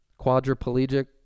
quadriplegic